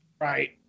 Right